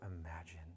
imagine